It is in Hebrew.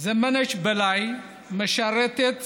ז'מנץ ביללין משרתת